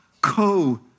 co